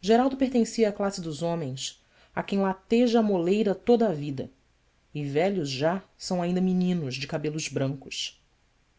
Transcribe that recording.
geraldo pertencia à classe dos homens a quem lateja a moleira toda a vida e velhos já são ainda meninos de cabelos brancos